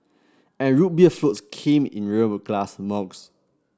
and Root Beer floats came in real glass mugs